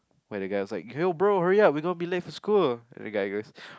where that guy was like yo bro hurry up we're gonna be late for school and the guy goes